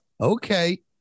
okay